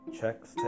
checks